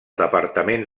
departament